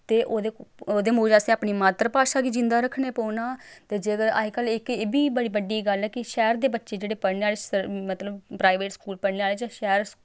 ते ओह्दे ओह्दे मूजब असें अपनी मात्तर भाशा गी जींदा रक्खने पौना ते जेकर अज्जकल इक एह् बी बड़ी बड्डी गल्ल ऐ कि शैह्र दे बच्चे जेह्ड़े पढ़ने आह्ले मतलब प्राइवेट स्कूल पढ़ने आह्ले जां शैह्र